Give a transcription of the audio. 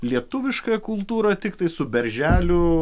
lietuviškąją kultūrą tiktai su berželių